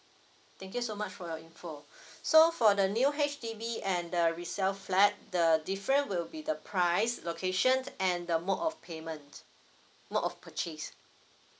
thank you so much for your info so for the new H_D_B and the resell flat the difference will be the price location and the mode of payment mode of purchase